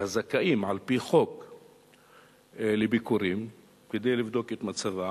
הזכאים על-פי חוק לביקורים כדי לבדוק את מצבם,